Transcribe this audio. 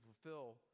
fulfill